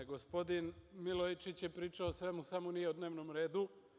Gospodin Milojičić je pričao o svemu, samo nije o dnevnom redu.